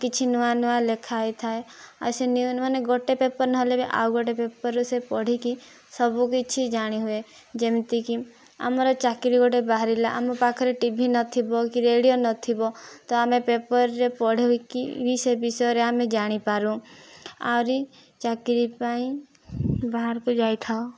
କିଛି ନୂଆ ନୂଆ ଲେଖା ହେଇଥାଏ ଆଉ ସେ ନ୍ୟୁଜ୍ ମାନେ ଗୋଟେ ପେପର୍ ନହେଲେ ବି ଆଉ ଗୋଟେ ପେପର୍ରେ ସେ ପଢ଼ିକି ସବୁକିଛି ଜାଣି ହୁଏ ଯେମିତିକି ଆମର ଚାକିରି ଗୋଟେ ବାହାରିଲା ଆମ ପାଖରେ ଟିଭି ନଥିବ କି ରେଡ଼ିଓ ନଥିବ ତ ଆମେ ପେପର୍ରେ ପଢ଼ିକି ବି ସେ ବିଷୟରେ ଆମେ ଜାଣିପାରୁ ଆହୁରି ଚାକିରି ପାଇଁ ବାହାରକୁ ଯାଇଥାଉ